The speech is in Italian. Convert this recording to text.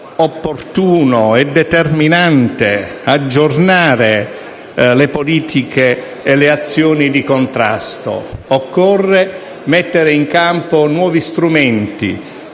opportuno e determinante aggiornare le politiche e le azioni di contrasto. Occorre mettere in campo nuovi strumenti,